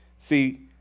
See